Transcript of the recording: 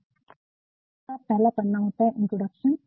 अब main body का पहला पन्ना होता है इंट्रोडक्शन introduction प्रस्तावना